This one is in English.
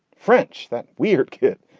french. that weird kid.